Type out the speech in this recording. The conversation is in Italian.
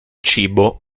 cibo